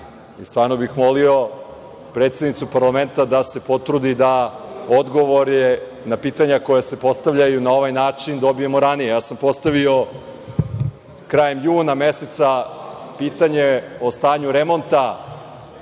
Stvarno bih molio predsednicu parlamenta da se potrudi da odgovore na pitanja koja se postavljaju na ovaj način dobijemo ranije. Ja sam postavio krajem juna meseca pitanje o stanju remonta